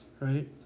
right